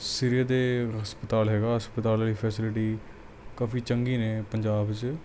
ਸਿਰੇ ਦਾ ਹਸਪਤਾਲ ਹੈਗਾ ਹਸਪਤਾਲ ਵਾਲੀ ਫੈਸਿਲਿਟੀ ਕਾਫੀ ਚੰਗੀਆਂ ਨੇ ਪੰਜਾਬ ਵਿੱਚ